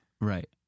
Right